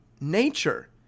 nature